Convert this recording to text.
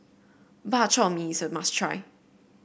Bak Chor Mee is a must try